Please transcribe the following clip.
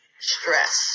stress